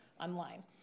online